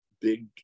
big